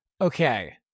Okay